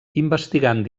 investigant